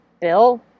Bill